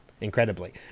incredibly